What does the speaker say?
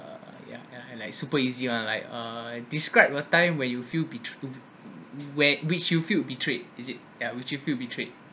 yeah yeah and like super easy one like uh describe your time where you feel betray where which you feel betrayed is it yeah which you feel betrayed